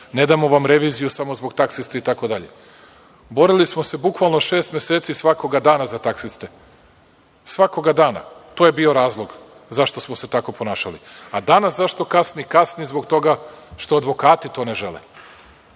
Ne damo vam reviziju samo zbog taksista itd. Borili smo se bukvalno šest meseci svakoga dana za taksiste, svakoga dana. To je bio razlog zašto smo se tako ponašali. A danas zašto kasni, kasni zbog toga što advokati to ne žele.